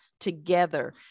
together